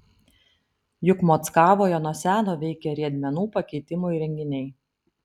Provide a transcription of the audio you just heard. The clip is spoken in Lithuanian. juk mockavoje nuo seno veikia riedmenų pakeitimo įrenginiai